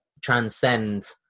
transcend